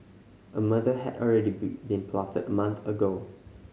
a murder had already been plotted a month ago